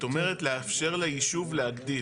את אומרת לאפשר ליישוב להגדיל.